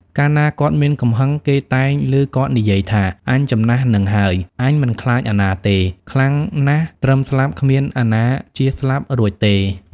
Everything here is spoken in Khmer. កាលណាគាត់មានកំហឹងគេតែងឮគាត់និយាយថាអញចំណាស់ហ្នឹងហើយ អញមិនខ្លាចអាណាទេ ខ្លាំងណាស់ត្រឹមស្លាប់គ្មានអាណាជៀសស្លាប់រួចទេ។